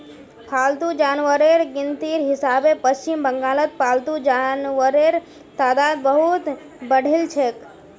पालतू जानवरेर गिनतीर हिसाबे पश्चिम बंगालत पालतू जानवरेर तादाद बहुत बढ़िलछेक